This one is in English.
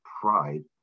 pride